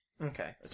Okay